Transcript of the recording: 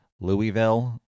Louisville